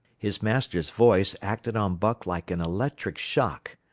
his master's voice acted on buck like an electric shock,